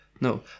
No